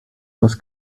was